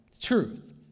truth